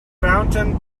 fountain